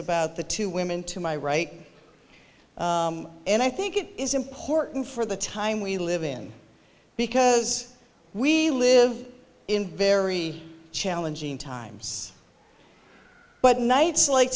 about the two women to my right and i think it is important for the time we live in because we live in very challenging times but nights like